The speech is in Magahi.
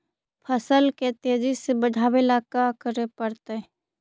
फसल के तेजी से बढ़ावेला का करे पड़तई?